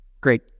Great